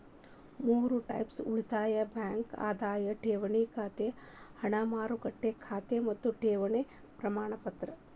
ಮೂರ್ ಟೈಪ್ಸ್ ಉಳಿತಾಯ ಬ್ಯಾಂಕ್ ಅದಾವ ಠೇವಣಿ ಖಾತೆ ಹಣ ಮಾರುಕಟ್ಟೆ ಖಾತೆ ಮತ್ತ ಠೇವಣಿ ಪ್ರಮಾಣಪತ್ರ